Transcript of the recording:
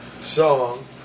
song